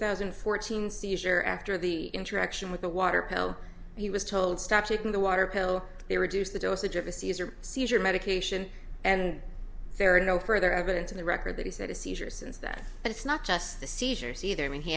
thousand and fourteen seizure after the interaction with the water he was told stop taking the water pill they reduce the dosage of a caesar seizure medication and there are no further evidence in the record that he said a seizure since that it's not just the seizures either i mean he